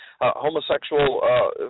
homosexual